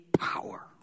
power